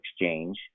exchange